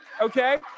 okay